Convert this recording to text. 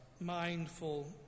mindful